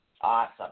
Awesome